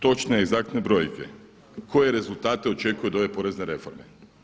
Točne egzaktne brojke, koje rezultate očekuju od ove porezne reforme.